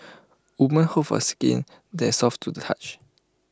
women hope for A skin that's soft to the touch